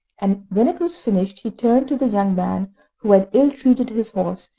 and when it was finished he turned to the young man who had ill-treated his horse,